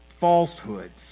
falsehoods